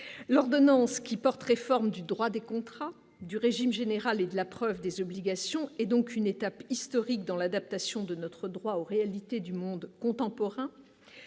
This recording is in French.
l'ordonnance qui porte, réforme du droit des contrats du régime général de la preuve des obligations et donc une étape historique dans l'adaptation de notre droit aux réalités du monde contemporain,